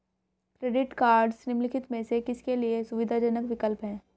Credit cards निम्नलिखित में से किसके लिए सुविधाजनक विकल्प हैं?